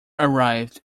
arrived